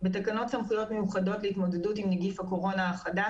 בתקנות סמכויות מיוחדות להתמודדות עם נגיף הקורונה החדש